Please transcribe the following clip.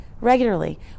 regularly